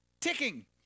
ticking